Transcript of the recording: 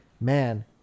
man